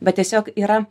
bet tiesiog yra